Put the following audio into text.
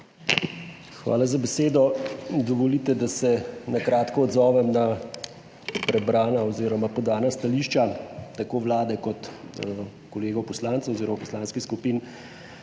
Hvala za besedo. Dovolite, da se na kratko odzovem na prebrana oz. podana stališča, tako Vlade, kot kolegov poslancev oziroma poslanskih skupin.